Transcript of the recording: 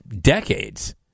decades